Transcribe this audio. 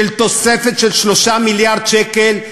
תוספת של 3 מיליארד שקל.